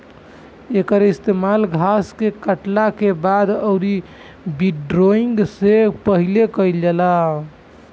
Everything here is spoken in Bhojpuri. एकर इस्तेमाल घास के काटला के बाद अउरी विंड्रोइंग से पहिले कईल जाला